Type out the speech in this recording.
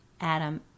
adam